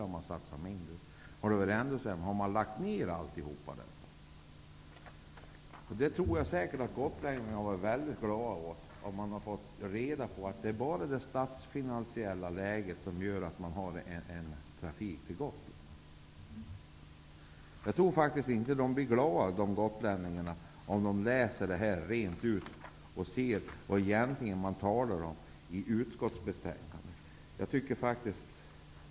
Hade man satsat mindre om det varit sämre? Hade man lagt ner alltihop om det statsfinansiella läget varit ännu sämre? Jag tror säkert att gotlänningarna hade blivit mycket glada om de fått reda på att det enbart är det statsfinansiella läget som gör att de har en trafik till Gotland. Jag tror faktiskt inte att de blir glada om de läser vad utskottet egentligen säger i betänkandet.